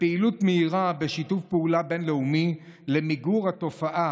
ופעילות מהירה לשיתוף פעולה בין-לאומי למיגור התופעה